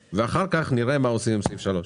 ואחר כך נראה מה אנחנו עושים עם סעיף (3),